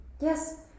Yes